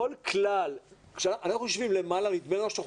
אנחנו יושבים כאן ונדמה לנו שאנחנו